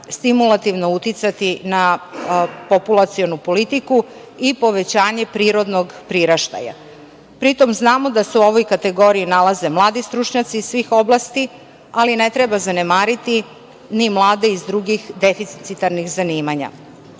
stimulativno uticati na populacionu politiku i povećanje prirodnog priraštaja. Pri tom znamo da se u ovoj kategoriji nalaze mladi stručnjaci iz svih oblasti, ali ne treba zanemariti ni mlade iz drugih deficitarnih zanimanja. Podržavam